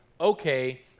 okay